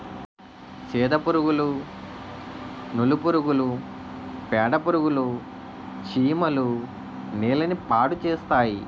సెదపురుగులు నూలు పురుగులు పేడపురుగులు చీమలు నేలని పాడుచేస్తాయి